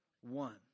one